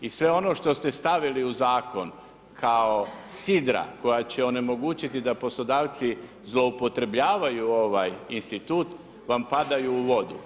I sve ono što ste stavili u zakon, kao sidra, koja će onemogućiti da poslodavci zloupotrebljavaju ovaj institut, padaju u vodu.